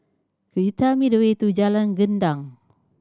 could you tell me the way to Jalan Gendang